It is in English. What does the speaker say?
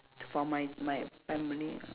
t~ for my my family